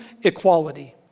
equality